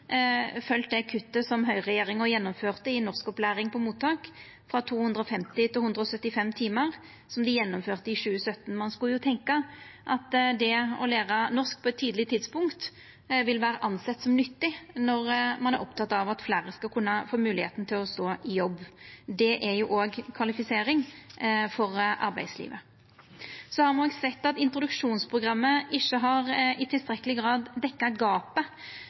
kuttet som Høgre-regjeringa gjennomførte i 2017, i norskopplæring på mottak, frå 250 til 175 timar. Ein skulle jo tenkja at det å læra norsk på eit tidleg tidspunkt vil vera sett på som nyttig når ein er oppteken av at fleire skal kunna få moglegheita til å stå i jobb. Det er òg kvalifisering for arbeidslivet. Me har òg sett at introduksjonsprogrammet ikkje i tilstrekkeleg grad har dekt gapet